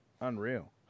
Unreal